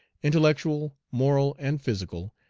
intellectual, moral, and physical,